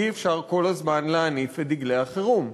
אי-אפשר להניף כל הזמן את דגלי החירום.